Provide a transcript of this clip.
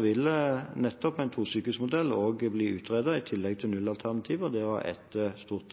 vil nettopp en tosykehusmodell også bli utredet, i tillegg til 0-alternativet og det å ha ett stort,